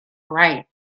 bright